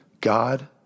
God